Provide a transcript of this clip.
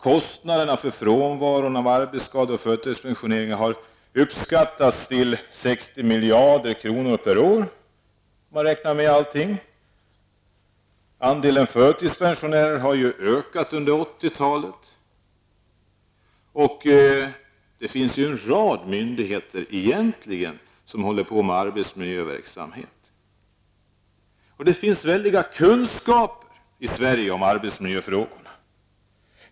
Kostnaderna för frånvaron genom arbetsskador och förtidspensionering har uppskattats till 60 miljarder kronor per år. Andelen förtidspensionärer har ökat under 1980-talet. En rad myndigheter sysslar med arbetsmiljön. Det finns i Sverige en stor kunskap om arbetsmiljöfrågorna.